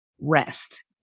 rest